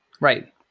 Right